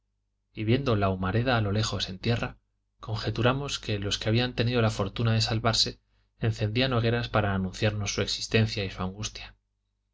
y viendo una humareda a lo lejos en tierra conjeturamos que los que habían tenido la fortuna de salvarse encendían hogueras para anunciarnos su existencia y su angustia